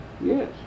Yes